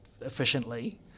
efficiently